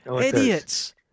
Idiots